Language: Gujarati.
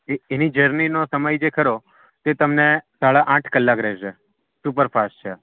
જી એની જર્નીનો સમય જે ખરો તે તમને સાડા આઠ કલાક રહેશે સુપર ફાસ્ટ છે